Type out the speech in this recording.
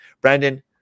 Brandon